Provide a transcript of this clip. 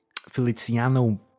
Feliciano